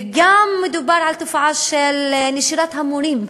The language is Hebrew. וגם מדובר על תופעה של נשירת המורים,